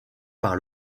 par